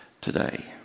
today